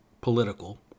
political